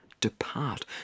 depart